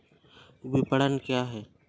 विपणन क्या है?